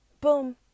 Boom